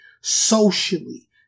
Socially